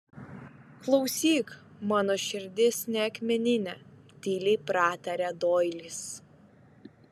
klausyk mano širdis ne akmeninė tyliai pratarė doilis